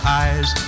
eyes